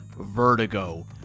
Vertigo